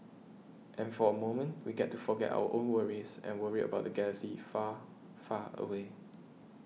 and for a moment we get to forget our own worries and worry about the galaxy far far away